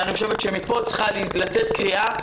אני חושבת שמפה צריכה לצאת קריאה,